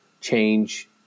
change